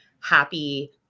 happy